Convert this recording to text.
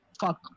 fuck